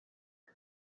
uma